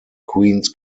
queens